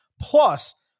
Plus